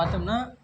பார்த்தோம்னா